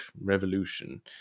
revolution